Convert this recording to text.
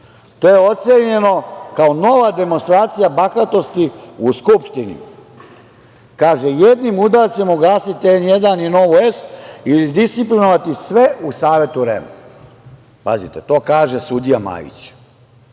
to je ocenjeno kao nova demonstracija bahatosti u Skupštini. Kaže - jednim udarcem ugasite N1 i Novu S i disciplinovati sve u Savetu REM-a. Pazite, to kaže sudija Majić